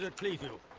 it. you